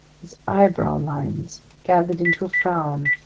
his eyebrow lines gathered into a frown,